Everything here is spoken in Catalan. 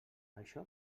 això